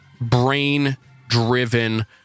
Brain-driven